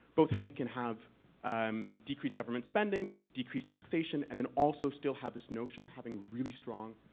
both how we can have um decreased government spending, decreased taxation and then also still have this notion of having really strong,